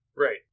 Right